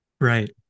Right